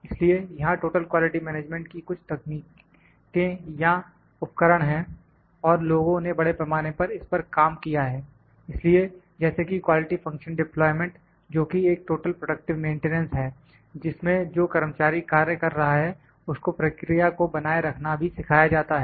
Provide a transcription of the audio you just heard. इसलिए यहां total quality management की कुछ तकनीकें या उपकरण हैं और लोगों ने बड़े पैमाने पर इस पर काम किया है इसलिए जैसे कि क्वालिटी फंक्शन डेप्लॉयमेंट जोकि एक टोटल प्रोडक्टिव मेंटेनेंस है जिसमें जो कर्मचारी कार्य कर रहा है उसको प्रक्रिया को बनाए रखना भी सिखाया जाता है